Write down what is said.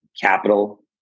capital